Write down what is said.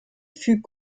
fut